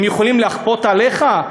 הם יכולים לכפות עליך?